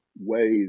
ways